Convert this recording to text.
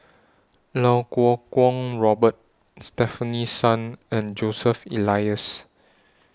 Iau Kuo Kwong Robert Stefanie Sun and Joseph Elias